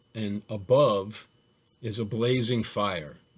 and above is a blazing fire,